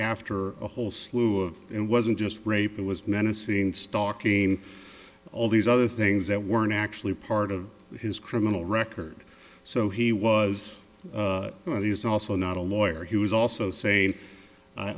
after a whole slew of it wasn't just rape it was menacing stalking all these other things that weren't actually part of his criminal record so he was not he's also not a lawyer he was also say